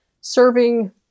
serving